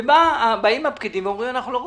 ואז באים הפקידים ואומרים: אנחנו לא רוצים.